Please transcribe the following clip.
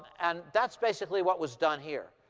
and that's basically what was done here.